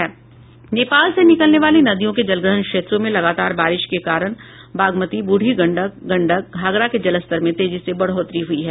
नेपाल से निकलने वाली नदियों के जलग्रहण क्षेत्रों में लगातार बारिश के कारण बागमती बूढ़ी गंडक गंडक घाघरा के जलस्तर में तेजी से बढ़ोतरी हुई है